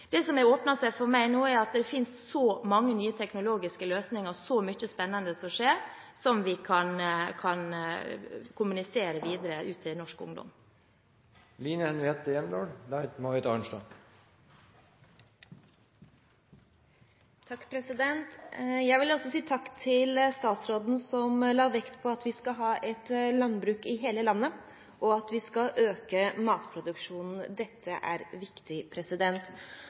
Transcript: Det som har åpenbart seg for meg nå, er at det finnes så mange nye teknologiske løsninger, så mye spennende som skjer, som vi kan kommunisere videre ut til norsk ungdom. Jeg vil også si takk til statsråden som la vekt på at vi skal ha landbruk over hele landet, og at vi skal øke matproduksjonen. Dette er viktig.